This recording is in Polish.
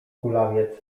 kulawiec